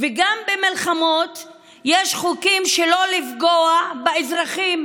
וגם במלחמות יש חוקים שלא לפגוע באזרחים.